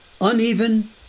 uneven